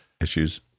issues